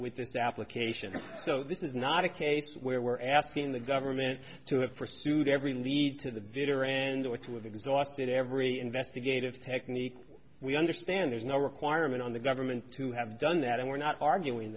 with this application so this is not a case where we're asking the government to have pursued every lead to the bitter end or to have exhausted every investigative technique we understand there's no requirement on the government to have done that and we're not arguing